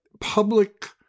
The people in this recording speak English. public